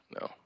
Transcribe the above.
no